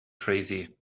crazy